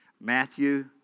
Matthew